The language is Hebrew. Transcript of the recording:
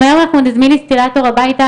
אם היום אנחנו נזמין אינסטלטור הביתה,